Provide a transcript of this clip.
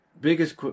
biggest